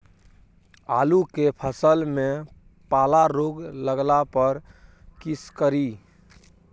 आलू के फसल मे पाला रोग लागला पर कीशकरि?